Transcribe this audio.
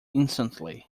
instantly